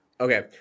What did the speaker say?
okay